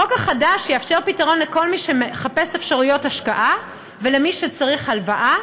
החוק החדש יאפשר פתרון לכל מי שמחפש אפשרויות השקעה ולמי שצריך הלוואה,